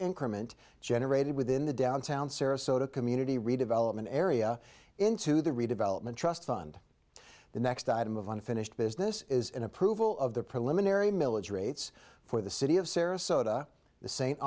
increment generated within the downtown sarasota community redevelopment area into the redevelopment trust fund the next item of unfinished business is an approval of the preliminary milage rates for the city of sarasota the s